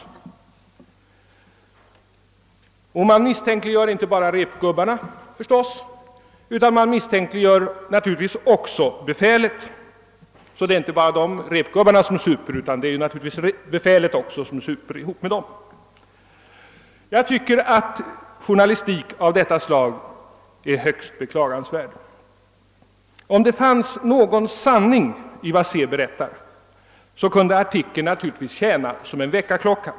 Man misstänkliggör förstås inte bara repgubbarna utan också befälet, som skulle ha supit tillsammans med repgubbarna. Jag tycker att journalistik av detta slag är högst beklaglig. Om det funnes någon sanning i vad Se berättar kunde artikeln naturligtvis tjäna som väckarklocka.